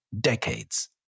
decades